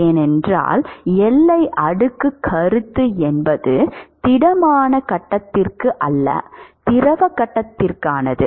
ஏனென்றால் எல்லை அடுக்கு கருத்து என்பது திடமான கட்டத்திற்கு அல்ல திரவ கட்டத்திற்கானது